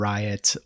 Riot